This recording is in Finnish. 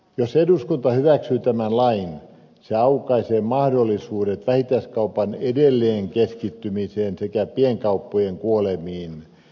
jos eduskunta hyväksyy tämän lain se aukaisee mahdollisuudet vähittäiskaupan edelleenkeskittymiseen sekä pienkauppojen kuolemiin